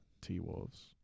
T-Wolves